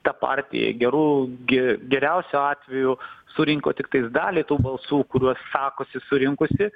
ta partija geru gi geriausiu atveju surinko tiktais dalį tų balsų kuriuos sakosi surinkusi